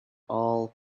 all